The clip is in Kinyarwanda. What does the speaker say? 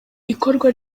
ikorwa